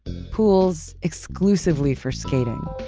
pools exclusively for skating.